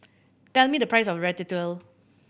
tell me the price of Ratatouille